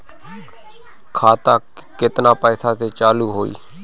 खाता केतना पैसा से चालु होई?